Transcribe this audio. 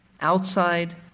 outside